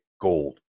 gold